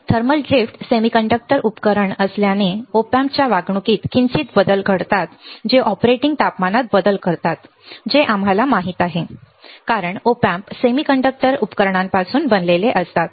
thermal drift semiconductor अर्धसंवाहक उपकरणे असल्याने Op Amps वागणुकीत किंचित बदल घडतात जे ऑपरेटिंग तापमानात बदल करतात जे आम्हाला बरोबर माहित आहे कारण Op Amps सेमीकंडक्टर उपकरणांपासून बनलेले असतात